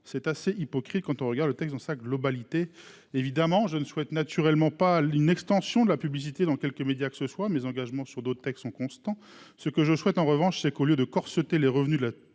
c'est assez hypocrite quand on regarde le texte dans sa globalité. Évidemment je ne souhaite naturellement pas l'une extension de la publicité dans quelques médias, que ce soit mes engagements sur d'autres textes sont constants. Ce que je souhaite en revanche c'est qu'au lieu de corseter les revenus. La